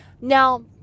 Now